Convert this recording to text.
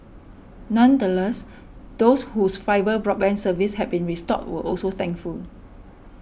nonetheless those whose fibre broadband service had been restored were also thankful